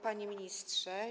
Panie Ministrze!